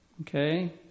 Okay